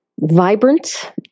vibrant